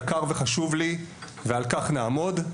יקר וחשוב לי ועל כך נעמוד,